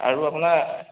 আৰু আপোনাৰ